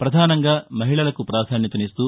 ప్రధానంగా మహిళలకు ప్రాధన్యతనిస్తూ